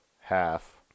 half